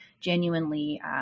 genuinely